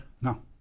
No